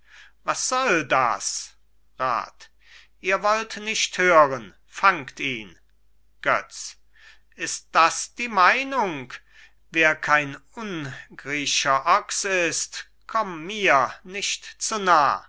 was soll das rat ihr wollt nicht hören fangt ihn götz ist das die meinung wer kein ungrischer ochs ist komm mir nicht zu nah